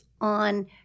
on